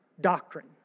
doctrine